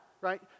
right